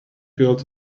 girls